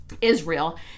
Israel